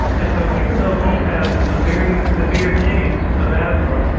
and so even though he has a very severe case of asthma,